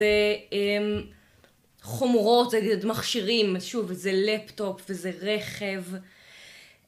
זה חומרות, זה מכשירים, שוב, זה לפטופ, וזה רכב